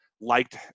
liked